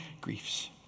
griefs